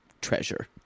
treasure